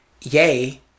Yay